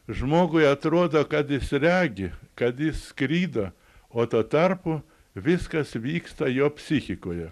žmogui atrodo kad jis regi kad jis skrido o tuo tarpu viskas vyksta jo psichikoje